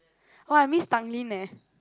oh I miss Tanglin eh